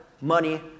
money